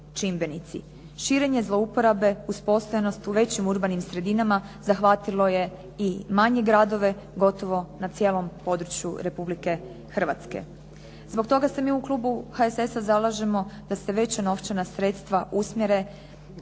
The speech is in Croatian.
Širenje zlouporabe uz postojanost u većim urbanim sredinama zahvatilo je i manje gradove, gotovo na cijelom području Republike Hrvatske. Zbog toga se mi u klubu HSS-a zalažemo da se veća novčana sredstva usmjere